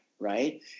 right